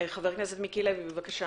חבר הכנסת מיקי לוי, בבקשה.